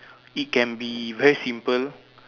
it can be very simple